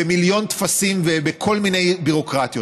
במיליון טפסים ובכל מיני ביורוקרטיות.